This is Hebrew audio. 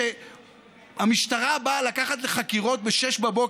כשהמשטרה באה לקחת לחקירות ב-06:00,